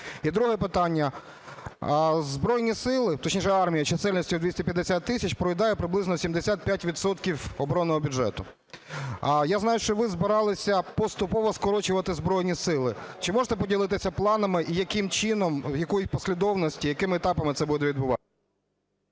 І друге питання. Збройні Сили, точніше, армія чисельністю 75 тисяч проїдає приблизно 75 відсотків оборонного бюджету. Я знаю, що ви збиралися поступово скорочувати Збройні Сили. Чи можете поділитися планами, яким чином, в якій послідовності і якими етапами це буде відбуватися?